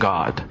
God